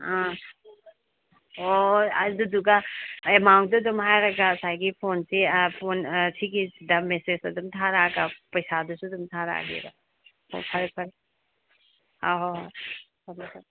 ꯑꯥ ꯑꯣ ꯑꯗꯨꯗꯨꯒ ꯑꯦꯃꯥꯎꯟꯗꯨ ꯑꯗꯨꯝ ꯍꯥꯏꯔꯒ ꯉꯁꯥꯏꯒꯤ ꯐꯣꯟꯁꯤ ꯐꯣꯟ ꯁꯤꯒꯤꯁꯤꯗ ꯃꯦꯁꯦꯁ ꯑꯗꯨꯝ ꯊꯥꯔꯛꯑꯒ ꯄꯩꯁꯥꯗꯨꯁꯨ ꯑꯗꯨꯝ ꯊꯥꯔꯛꯑꯒꯦꯕ ꯑꯣ ꯐꯔꯦ ꯐꯔꯦ ꯑꯥ ꯍꯣꯏ ꯍꯣꯏ ꯊꯝꯃꯦ ꯊꯝꯃꯦ